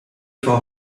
for